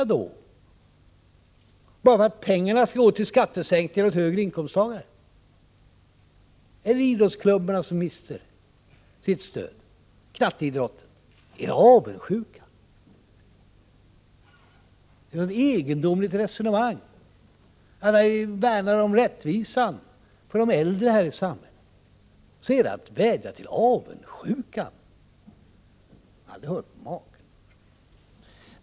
Är de avundsjuka för att pengarna skall gå till skattesänkningar för högre inkomsttagare? Eller ta idrottsklubbarna som skulle mista sitt stöd, t.ex. knatteidrotten! Är de avundsjuka? Det är ett egendomligt resonemang. När vi värnar om rättvisan för de äldre i samhället, säger ni att vi vädjar till avundsjukan.